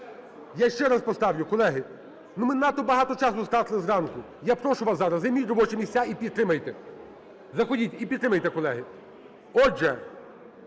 Я ще раз поставлю, колеги. Ми надто багато часу втратили зранку. Я прошу вас зараз, займіть робочі місця і підтримайте. Заходіть і підтримайте, колеги. Отже,